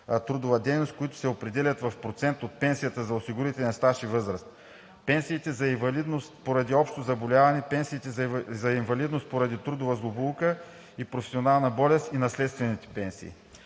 трудова дейност, които се определят в процент от пенсията за осигурителен стаж и възраст: пенсиите за инвалидност поради общо заболяване, пенсиите за инвалидност поради трудова злополука и професионална болест и наследствените пенсии.